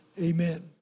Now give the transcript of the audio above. Amen